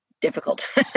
difficult